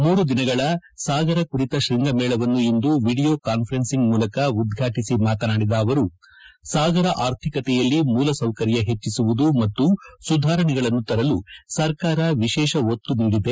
ಮೂರು ದಿನಗಳ ಸಾಗರ ಕುರಿತ ಶ್ವಂಗಮೇಳವನ್ನು ಇಂದು ವೀಡಿಯೊ ಕಾನರೆನಿಂಗ್ ಮೂಲಕ ಉದಾಟಿಸಿ ಮಾತನಾಡಿದ ಅವರು ಸಾಗರ ಆರ್ಥಿಕತೆಯಲ್ಲಿ ಮೂಲಸೌಕರ್ಯ ಹೆಚ್ಚಿಸುವುದು ಮತ್ತು ಸುಧಾರಣೆಗಳನ್ನು ತರಲು ಸರ್ಕಾರ ವಿಶೇಷ ಒತ್ತು ನೀಡಿದೆ